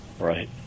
right